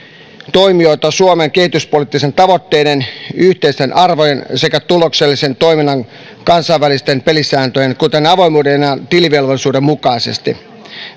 toimijoita suomen kehityspoliittisten tavoitteiden yhteisten arvojen sekä tuloksellisen toiminnan kansainvälisten pelisääntöjen kuten avoimuuden ja tilivelvollisuuden mukaisesti